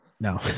no